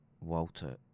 walter